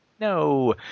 No